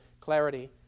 clarity